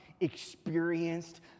experienced